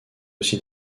aussi